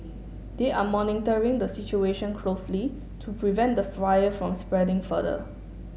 they are monitoring the situation closely to prevent the fire from spreading further